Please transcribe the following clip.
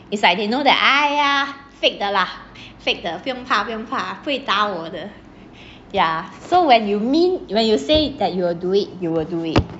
is like they know that !aiya! fake 的啦 fake 的 fake 的不用怕不用怕不会打我的 ya so when you mean when you say that you will do it you will do it